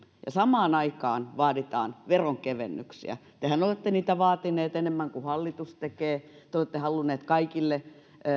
ja samaan aikaan vaaditaan veronkevennyksiä tehän olette niitä vaatineet enemmän kuin hallitus tekee te te olette halunneet kaikille